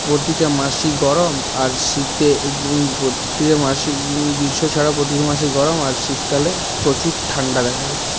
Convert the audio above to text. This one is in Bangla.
প্রতিটা মাসই গরম আর শীতে প্রতিটা মাসই গ্রীষ্ম ছাড়া প্রতিটা মাসই গরম আর শীতকালে প্রচুর ঠাণ্ডা দেখা যাচ্ছে